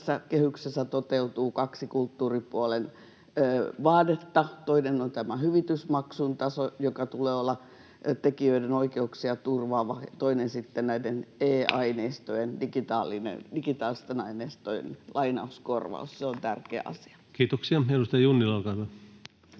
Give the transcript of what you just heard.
tässä kehyksessä toteutuu kaksi kulttuuripuolen vaadetta: toinen on tämä hyvitysmaksun taso, jonka tulee olla tekijöiden oikeuksia turvaava, ja toinen sitten näiden e-aineistojen, digitaalisten aineistojen, lainauskorvaus, se on tärkeä asia. Kiitoksia. — Edustaja Junnila, olkaa hyvä.